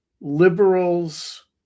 liberals